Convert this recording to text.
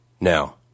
Now